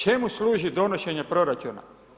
Čemu služi donošenje proračuna?